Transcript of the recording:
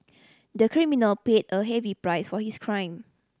the criminal paid a heavy price for his crime